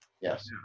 Yes